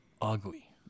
ugly